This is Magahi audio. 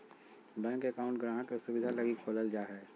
बैंक अकाउंट गाहक़ के सुविधा लगी खोलल जा हय